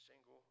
single